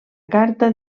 carta